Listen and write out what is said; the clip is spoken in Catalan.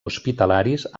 hospitalaris